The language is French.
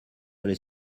les